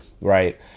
Right